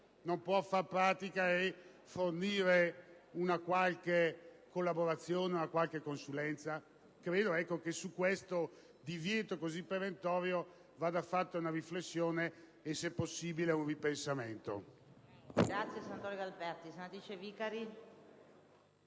non può far pratica e fornire una qualche collaborazione, una qualche consulenza? Credo che su questo divieto così perentorio vada fatta una riflessione per arrivare, se possibile, ad un ripensamento.